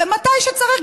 ומתי שצריך,